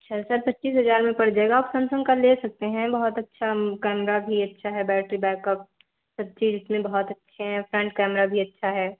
अच्छा सर पच्चीस हज़ार में पड़ जाएगा आप सैमसंग का ले सकते हैं बहुत अच्छा कैमरा भी अच्छा है बैटरी बैकअप सब चीज़ इसमें बहुत अच्छे है फ़्रंट कैमरा भी अच्छा है